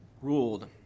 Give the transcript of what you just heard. ruled